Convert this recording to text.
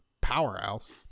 powerhouse